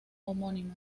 homónima